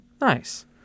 Nice